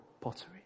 pottery